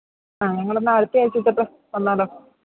ആ ഞങ്ങൾ എന്നാൽ അടുത്ത ആഴ്ച തൊട്ട് വന്നാലോ